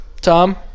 Tom